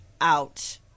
out